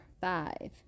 five